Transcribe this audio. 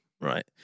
right